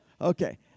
Okay